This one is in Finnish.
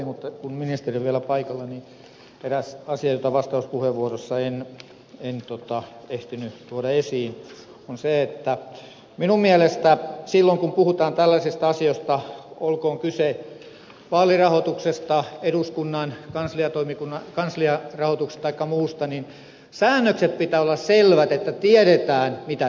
mutta kun ministeri on vielä paikalla niin eräs asia jota vastauspuheenvuorossa en ehtinyt tuoda esiin on se että minun mielestäni silloin kun puhutaan tällaisista asioista olkoon kyse vaalirahoituksesta eduskunnan kansliarahoituksesta taikka muusta säännöksien pitää olla selvät että tiedetään mitä tehdään